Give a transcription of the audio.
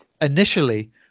initially